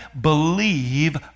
believe